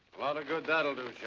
a lot of good that'll do,